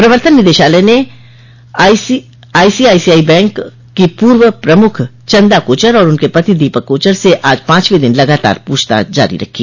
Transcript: प्रवर्तन निदेशालय ने आईसीआईसीआई बैंक की पूर्व प्रमुख चंदा कोचर और उनके पति दीपक कोचर से आज पांचवे दिन लगातार पूछताछ जारी रखी